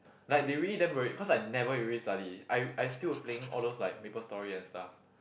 like they really damn worried cause I never really study I I still were playing all those like Maplestory and stuff